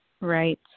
right